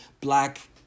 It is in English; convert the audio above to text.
Black